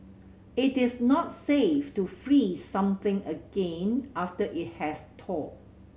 it is not safe to freeze something again after it has thawed